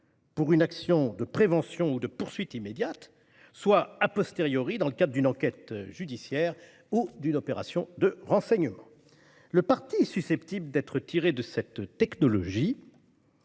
pour une action de prévention ou de poursuite immédiate, soit dans le cadre d'une enquête judiciaire ou d'une opération de renseignement. Le parti susceptible d'être tiré de cette technologie